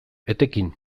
etekin